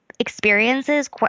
experiences